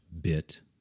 bit